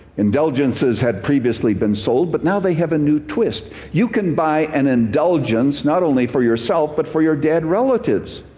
indulgences had previously been sold, but now they have a new twist. you can buy an indulgence not only for yourself, but for your dead relatives.